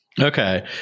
Okay